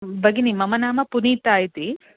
भगिनी मम नाम पुनीता इति